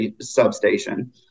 substation